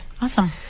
awesome